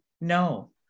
no